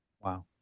Wow